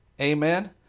Amen